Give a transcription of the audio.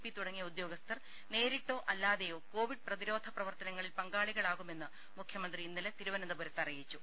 P തുടങ്ങിയ ഉദ്യോഗസ്ഥർ നേരിട്ടോ അല്ലാതെയോ കോവിഡ് പ്രതിരോധ പ്രവർത്തനങ്ങളിൽ പങ്കാളികളാകുമെന്ന് മുഖ്യമന്ത്രി ഇന്നലെ തിരുവനന്തപുരത്ത് അറിയിച്ചു